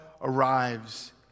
arrives